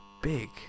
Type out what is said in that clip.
big